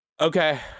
Okay